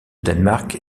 danemark